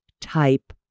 type